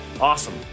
Awesome